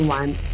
one